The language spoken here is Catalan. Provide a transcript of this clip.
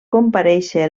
comparèixer